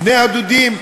בני-הדודים.